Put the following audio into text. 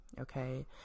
okay